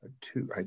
two